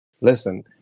listen